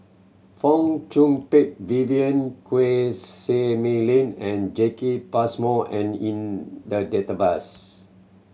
Fong Chong Pik Vivien Quahe Seah Mei Lin and Jacki Passmore and in the database